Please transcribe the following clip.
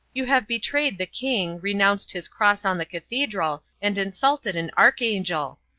you have betrayed the king, renounced his cross on the cathedral, and insulted an archangel.